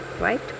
right